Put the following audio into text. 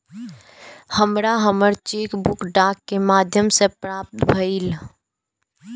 हमरा हमर cheque book डाक के माध्यम से प्राप्त भईल